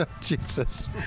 Jesus